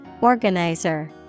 organizer